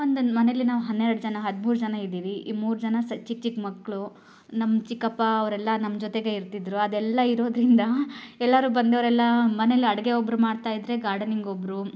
ಒಂದು ಮನೇಲಿ ನಾವು ಹನ್ನೆರ್ಡು ಜನ ಹದ್ಮೂರು ಜನ ಇದ್ದೀವಿ ಈ ಮೂರು ಜನ ಸ್ ಚಿಕ್ಕ ಚಿಕ್ಕ ಮಕ್ಕಳು ನಮ್ಮ ಚಿಕ್ಕಪ್ಪ ಅವರೆಲ್ಲ ನಮ್ಮ ಜೊತೆಗೆ ಇರ್ತಿದ್ದರು ಅದೆಲ್ಲ ಇರೋದರಿಂದ ಎಲ್ಲರು ಬಂದೋರೆಲ್ಲ ಮನೇಲಿ ಅಡುಗೆ ಒಬ್ರು ಮಾಡ್ತಾಯಿದ್ರೆ ಗಾರ್ಡನಿಂಗ್ ಒಬ್ಬರು